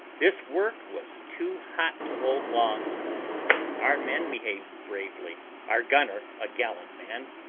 this work was too hot to hold long our men behaved bravely our gunner, a gallant man,